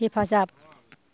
हेफाजाब